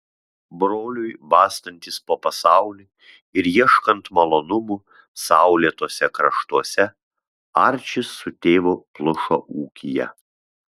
broliui bastantis po pasaulį ir ieškant malonumų saulėtuose kraštuose arčis su tėvu plušo ūkyje